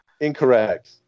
incorrect